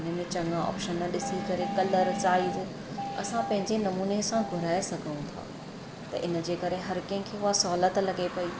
उनमें चङा ऑप्शन ॾिसी करे कलर साइज़ असां पंहिंजे नमूने सां घुराए सघऊं था त इनजे करे हर कंहिंखे उहा सहुलियत लॻे पई